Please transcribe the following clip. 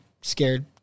scared